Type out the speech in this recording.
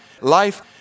life